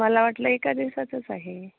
मला वाटलं एका दिवसाचंच आहे